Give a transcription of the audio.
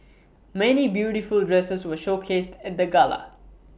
many beautiful dresses were showcased at the gala